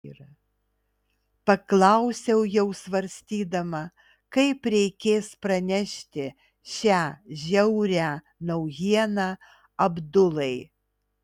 paklausiau jau svarstydama kaip reikės pranešti šią žiaurią naujieną abdulai